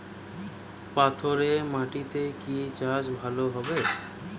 পাথরে মাটিতে কি চাষ করলে ভালো হবে?